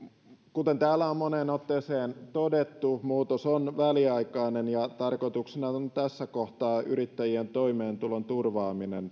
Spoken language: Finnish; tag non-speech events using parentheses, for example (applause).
kuten täällä on moneen otteeseen todettu muutos on väliaikainen ja tarkoituksena on tässä kohtaa yrittäjien toimeentulon turvaaminen (unintelligible)